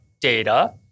data